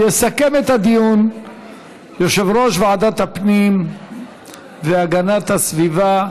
יסכם את הדיון יושב-ראש ועדת הפנים והגנת הסביבה